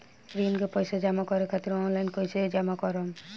ऋण के पैसा जमा करें खातिर ऑनलाइन कइसे जमा करम?